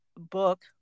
book